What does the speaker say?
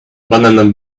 banana